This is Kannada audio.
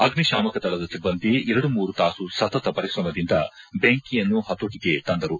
ಅಗ್ನಿಶಾಮಕದಳದ ಸಿಭ್ಗಂದಿ ಎರಡು ಮೂರು ತಾಸು ಸತತ ಪರಿಶ್ರಮದಿಂದ ಬೆಂಕಿಯನ್ನು ಪತೋಟಿಗೆ ತಂದರು